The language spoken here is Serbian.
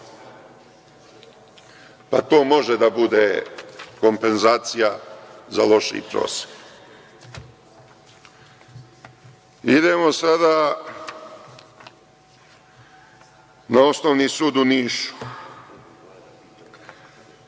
to može da bude kompenzacija za lošiji prosek. Idemo sada na Osnovni sud u Nišu.